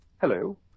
Hello